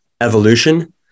evolution